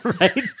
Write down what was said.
right